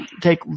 take